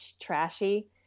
trashy